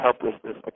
helplessness